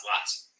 lots